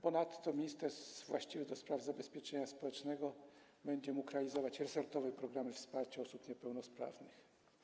Ponadto minister właściwy do spraw zabezpieczenia społecznego będzie mógł realizować resortowe programy wsparcia osób niepełnosprawnych.